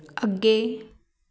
ਅੱਗੇ